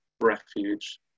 refuge